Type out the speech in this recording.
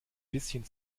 bisschen